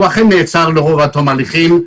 הוא אכן נעצר עד תום ההליכים,